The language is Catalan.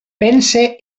pense